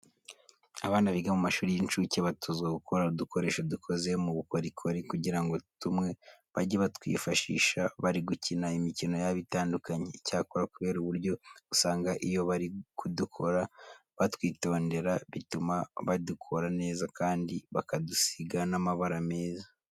Abana biga mu mashuri y'incuke batozwa gukora udukoresho dukoze mu bukorikori kugira ngo tumwe bajye batwifashisha bari gukina imikino yabo itandukanye. Icyakora kubera uburyo usanga iyo bari kudukora batwitondera, bituma badukora neza kandi bakadusiga n'amabara meza.